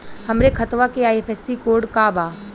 हमरे खतवा के आई.एफ.एस.सी कोड का बा?